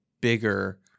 bigger